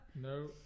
No